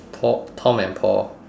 pau~ tom and paul